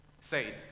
say